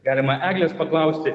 galima eglės paklausti